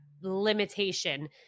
limitation